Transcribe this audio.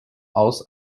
aus